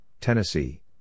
Tennessee